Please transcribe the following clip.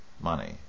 money